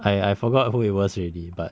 I I forgot who it was already but